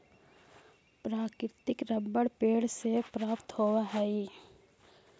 प्राकृतिक रबर पेड़ से प्राप्त होवऽ हइ